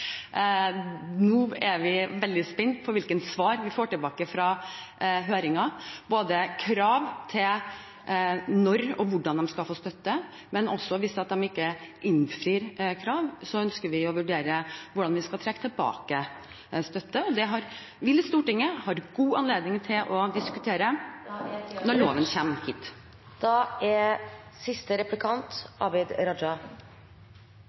Nå er vi veldig spente på hvilke svar vi får tilbake fra høringen når det gjelder krav til både når og hvordan de skal få støtte. Men hvis de ikke innfrir krav, ønsker vi også å vurdere hvordan vi skal trekke tilbake støtte. Det vil Stortinget få god anledning til å diskutere når loven kommer hit.